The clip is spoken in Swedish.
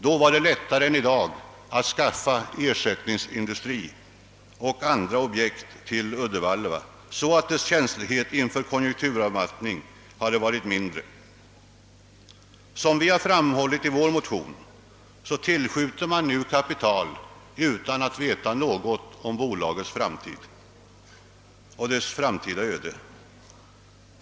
Då var det lättare än i dag att skaffa ersättningsindustri och andra objekt till Uddevalla, så att dess känslighet vid konjunkturavmattning hade varit mindre. Som vi framhållit i vår motion tillskjuter man nu kapital utan att veta något om bolagets framtida öde.